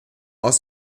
aus